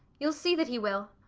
you'll see that he will.